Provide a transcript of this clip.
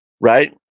right